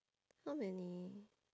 how many